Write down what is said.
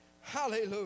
Hallelujah